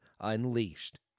unleashed